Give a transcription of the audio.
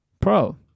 pro